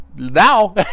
Now